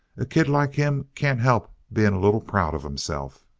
a kid like him can't help being a little proud of himself.